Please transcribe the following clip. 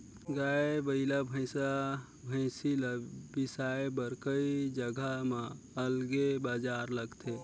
गाय, बइला, भइसा, भइसी ल बिसाए बर कइ जघा म अलगे बजार लगथे